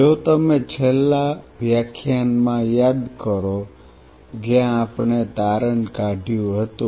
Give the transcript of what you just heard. જો તમે છેલ્લા વર્ગમાં યાદ કરો જ્યાં આપણે તારણ કાઢ્યું હતું